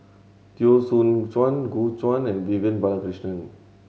Teo Soon Chuan Gu Juan and Vivian Balakrishnan